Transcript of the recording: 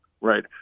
right